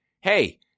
hey